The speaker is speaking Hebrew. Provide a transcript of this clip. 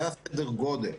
זה סדר הגודל.